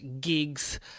gigs